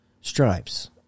stripes